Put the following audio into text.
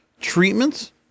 treatments